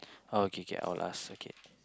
okay okay I'll ask okay